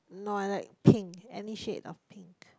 no I like pink any shade of pink